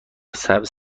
سبز